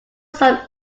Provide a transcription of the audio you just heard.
some